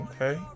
Okay